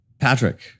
Patrick